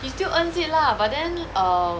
he still earns it lah but then err